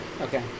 Okay